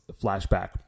flashback